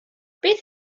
beth